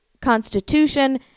constitution